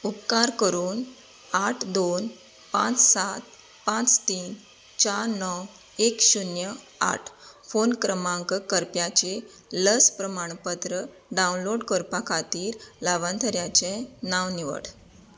उपकार करून आठ दोन पांच सांत पांच तीन चार णव एक शुन्य आठ फोन क्रमांक वापरप्याची लस प्रमाणपत्र डावनलोड करपा खातीर लावार्थ्याचें नांव निवड